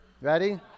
ready